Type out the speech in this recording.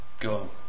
go